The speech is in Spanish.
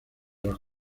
los